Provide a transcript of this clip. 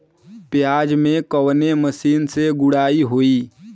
प्याज में कवने मशीन से गुड़ाई होई?